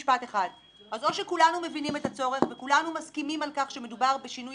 אז או שכולנו מבינים את הצורך וכולנו מסכימים על כך שמדובר בשינוי